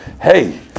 hey